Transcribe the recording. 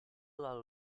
lalu